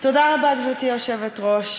תודה רבה, גברתי היושבת-ראש.